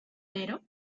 cero